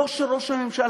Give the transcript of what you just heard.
לא של ראש הממשלה